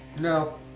No